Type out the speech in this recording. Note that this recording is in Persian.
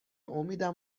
امیدم